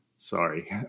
Sorry